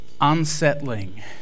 Unsettling